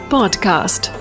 Podcast